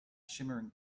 shimmering